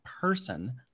person